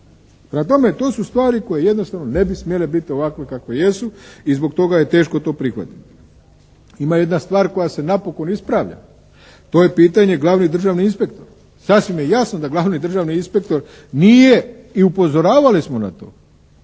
tome, to su stvari koje jednostavno ne bi smjele biti ovakve kakve jesu i zbog toga je to teško prihvatiti. Ima jedna stvar koja se napokon ispravlja. To je pitanje glavni državni inspektor. Sasvim je jasno da glavni državni inspektor nije i upozoravali smo na to,